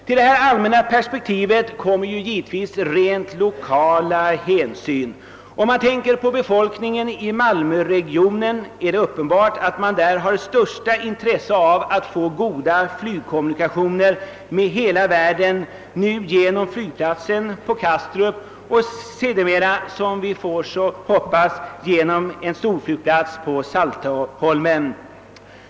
Till detta allmänna perspektiv kommer givetvis rent lokala hänsyn. Det är uppenbart att befolkningen i malmöregionen har det största intresse av att få goda flygkommunikationer med hela världen, nu genom flygplatsen på Kastrup och sedermera— som vi hoppas — genom en storflygplats på Saltholm.